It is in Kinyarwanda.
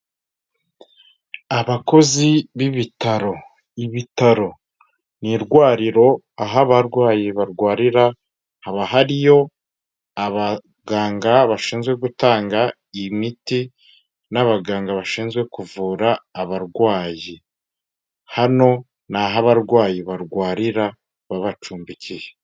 Abakozi b'ibitaro, ibitaro ni irwariro aho abarwayi barwarira haba hariyo abaganga bashinzwe gutanga miti, n'abaganga bashinzwe kuvura abarwayi. Hano ni aho abarwayi barwarira babacumbikiye.